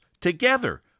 together